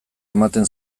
ematen